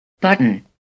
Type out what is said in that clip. Button